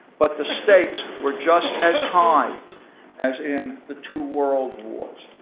but the stakes were just as high as in the two world wars.